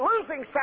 losing